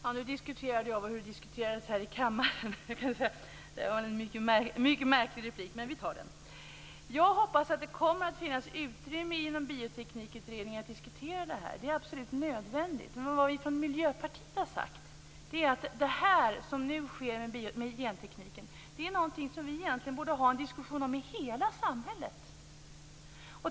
Fru talman! Nu avsåg jag det som diskuterades här i kammaren. Det var en mycket märklig replik, men jag besvarar den ändå. Jag hoppas att det kommer att finnas utrymme inom bioteknikutredningen att diskutera det är, för det är absolut nödvändigt. Vi från Miljöpartiet har sagt att det som nu sker inom gentekniken är någonting som vi egentligen borde ha en diskussion om i hela samhället.